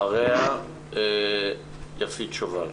אחריה יפית שובל.